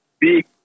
big